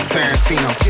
Tarantino